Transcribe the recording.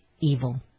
evil